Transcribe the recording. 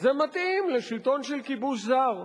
זה מתאים לשלטון של כיבוש זר.